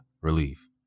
relief